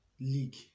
league